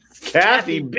Kathy